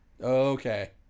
Okay